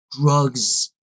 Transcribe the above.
Drugs